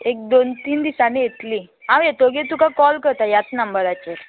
एक दोन तीन दिसांनी येतलीं हांव येतकीर तुका कॉल करता ह्याच नंबराचेर